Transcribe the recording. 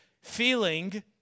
feeling